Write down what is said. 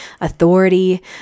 authority